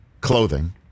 clothing